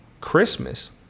christmas